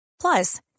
Plus